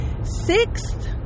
sixth